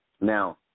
Now